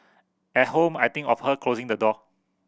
at home I think of her closing the door